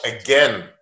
again